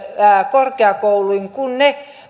korkeakouluihin kuin ne